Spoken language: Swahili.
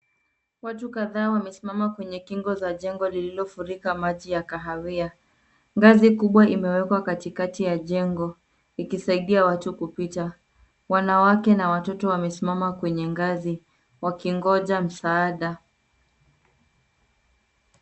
Watu kadhaa wamesimama kwenye kingo za jengo lililufurika maji ya kahawia. Ngazi kubwa imewekwa katikati ya jengo, ikisaidia watu kupita. Wanawake na watoto wamesimama kwenye ngazi, wakingoja msaada.